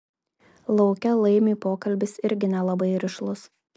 lauke laimiui pokalbis irgi nelabai rišlus